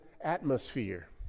atmosphere